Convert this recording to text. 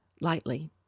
lightly